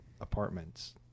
apartments